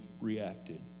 reacted